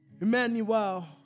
Emmanuel